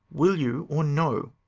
will you or no.